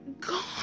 God